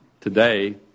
today